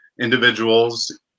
individuals